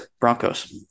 Broncos